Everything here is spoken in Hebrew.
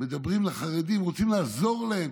מדברים אל החרדים, רוצים לעזור להם.